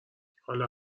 حالا